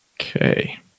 Okay